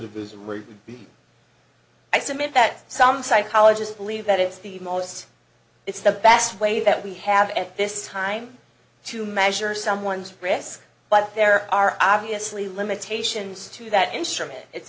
were i submit that some psychologists believe that it's the most it's the best way that we have at this time to measure someone's risk but there are obviously limitations to that instrument it's